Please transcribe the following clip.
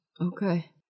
okay